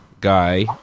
guy